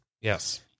Yes